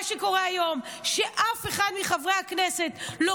מה שקורה היום הוא שאף אחד מחברי הכנסת לא